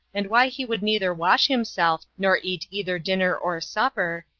and why he would neither wash himself, nor eat either dinner or supper,